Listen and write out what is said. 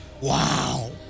Wow